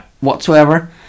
whatsoever